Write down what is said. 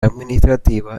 administrativa